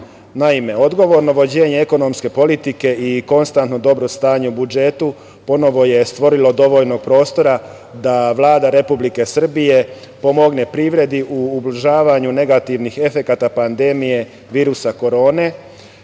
zakona. Naime, odgovorno vođenje ekonomske politike i konstantno dobro stanje u budžetu ponovo je stvorilo dovoljno prostora da Vlada Republike Srbije pomogne privredi u ublažavanju negativnih efekata pandemije virusa korone,